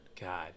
God